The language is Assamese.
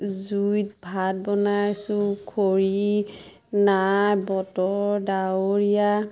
জুইত ভাত বনাইছোঁ খৰি নাই বতৰ ডাৱৰীয়া